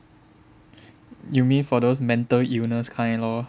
you mean for those mental illness kind lor